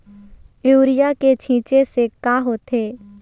Urea के छींचे से का होथे?